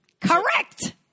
Correct